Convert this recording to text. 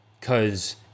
cause